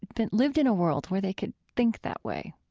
been lived in a world where they could think that way,